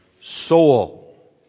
soul